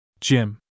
Jim